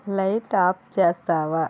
light off చేస్తావా